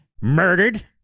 murdered